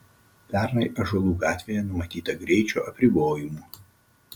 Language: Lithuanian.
pernai ąžuolų gatvėje numatyta greičio apribojimų